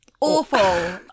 awful